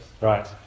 right